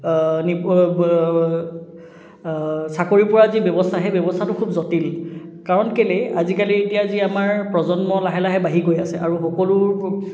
চাকৰি পোৱা যি ব্যৱস্থা সেই ব্যৱস্থাটো খুব জটিল কাৰণ কেলে আজিকালি এতিয়া যি আমাৰ প্ৰজন্ম লাহে লাহে বাঢ়ি গৈ আছে আৰু সকলোৰ